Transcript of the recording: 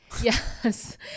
Yes